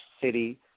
city